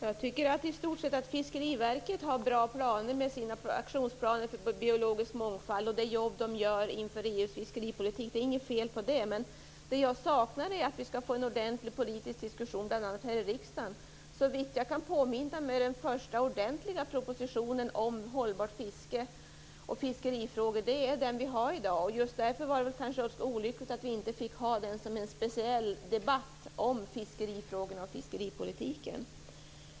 Herr talman! Jag tycker i stort sett att Fiskeriverkets aktionsplaner för biologisk mångfald och det jobb de gör inför EU:s fiskeripolitik är bra. Det är inget fel på det. Men det jag saknar är en ordentlig politisk diskussion bl.a. här i riksdagen. Såvitt jag kan påminna mig är den första ordentliga propositionen om hållbart fiske och fiskerifrågor den vi har att behandla i dag. Just därför var det kanske olyckligt att vi inte fick ha den som grund för en speciell debatt om fiskerifrågorna och fiskeripolitiken.